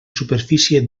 superfície